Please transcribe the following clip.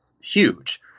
huge